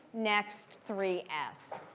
next three s.